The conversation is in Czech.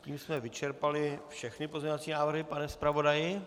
Tím jsme vyčerpali všechny pozměňovací návrhy, pane zpravodaji?